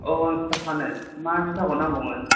औ आं जुथा फानो मा जुथाखौ नांगौमोन